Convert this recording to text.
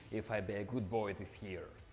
if i be a good boy this year!